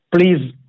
please